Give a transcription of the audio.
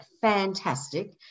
fantastic